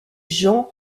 jean